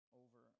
over